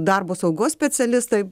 darbo saugos specialistai